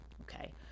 okay